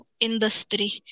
industry